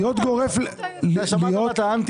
אני גר באשדוד, שם השכירות היא 5,000 שקלים.